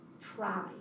try